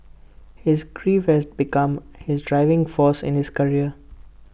his grief has become his driving force in his career